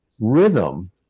rhythm